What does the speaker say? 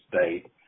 State